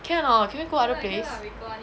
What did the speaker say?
can or not can we go other place